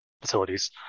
facilities